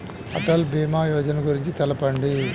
అటల్ భీమా యోజన గురించి తెలుపండి?